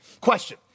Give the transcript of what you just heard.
Question